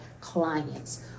clients